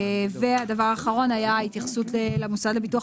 והדבר האחרון היה התייחסות למוסד לביטוח